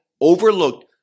overlooked